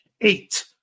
eight